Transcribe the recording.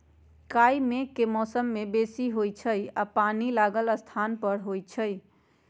काई मेघ के मौसम में बेशी होइ छइ आऽ पानि लागल स्थान पर होइ छइ